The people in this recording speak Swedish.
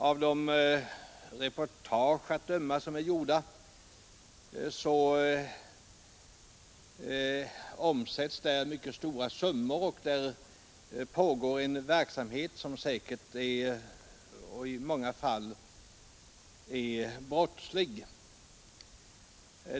Av reportage att döma omsätts där mycket stora summor, och där pågår en verksamhet som säkert i många fall är brottslig.